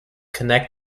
connect